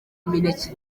imineke